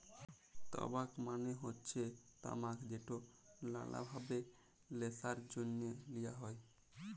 টবাক মালে হচ্যে তামাক যেট লালা ভাবে ল্যাশার জ্যনহে লিয়া হ্যয়